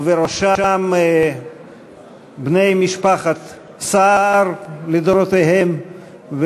ובראשם בני משפחת סער לדורותיהם,